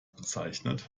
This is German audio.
bezeichnet